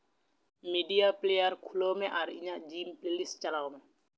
media player ᱠᱷᱩᱞᱟᱹᱣ ᱢᱮ ᱟᱨ ᱤᱧᱟᱹᱜ ᱡᱤᱞ ᱯᱞᱮ ᱞᱤᱥᱴ ᱪᱟᱞᱟᱣ ᱢᱮ